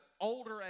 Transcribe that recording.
older